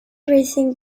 racing